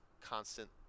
constant